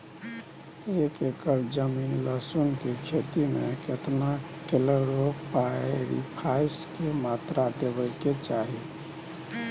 एक एकर जमीन लहसुन के खेती मे केतना कलोरोपाईरिफास के मात्रा देबै के चाही?